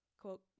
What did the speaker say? quote